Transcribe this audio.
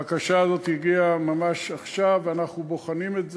הבקשה הזאת הגיעה ממש עכשיו, ואנחנו בוחנים את זה.